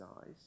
eyes